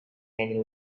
many